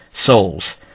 souls